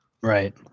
Right